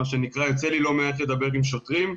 יוצא לי לא מעט לדבר עם שוטרים.